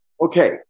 Okay